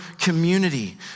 community